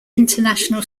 international